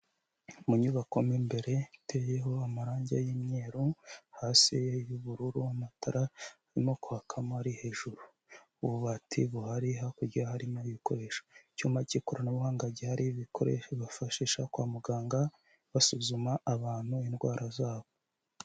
Munyubako mo imbere iteyeho amarangi y'imyeru, hasi y'ubururu amatara arimo kwakamo ari hejuru. Ububati buhari hakurya harimo ibikoresho. Icyuma cy'ikoranabuhanga gihari, ibikoresho bafashisha kwa muganga basuzuma abantu indwara zabo.